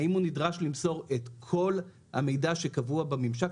האם הוא נדרש למסור את כל המידע שקבוע בממשק?